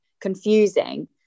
confusing